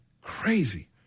Crazy